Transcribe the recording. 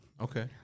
Okay